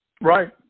Right